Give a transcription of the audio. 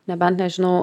nebent nežinau